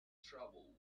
trouble